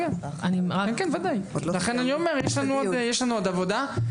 יש לנו עוד עבודה.